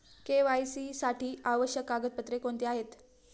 KYC साठी आवश्यक कागदपत्रे कोणती आहेत?